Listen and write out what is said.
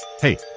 hey